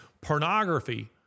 Pornography